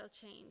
change